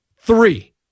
Three